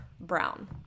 brown